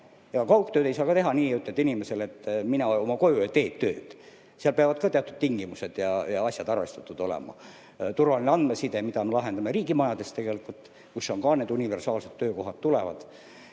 Kaugtööd ei saa teha nii, et ütled inimesele, et mine oma koju ja tee tööd, seal peavad ka teatud tingimused ja asjad arvestatud olema. Näiteks, turvaline andmeside, mida me lahendame riigimajades, kuhu ka need universaalsed töökohad tulevad.